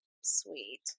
sweet